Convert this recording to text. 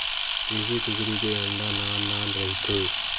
देसी कुकरी के अंडा नान नान रहिथे